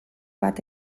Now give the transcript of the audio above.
bat